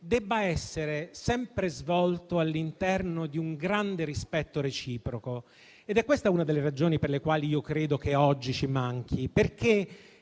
debba essere sempre svolto all'interno di un grande rispetto reciproco. È questa una delle ragioni per le quali io credo che oggi ci manchi.